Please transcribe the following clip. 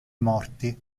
morti